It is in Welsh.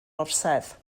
orsedd